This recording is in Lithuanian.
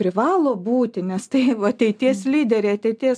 privalo būti nes tai ateities lyderė ateities